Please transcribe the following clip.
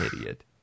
idiot